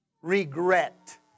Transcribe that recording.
Regret